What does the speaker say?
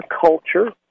culture